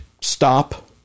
stop